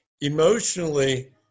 emotionally